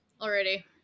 already